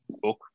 book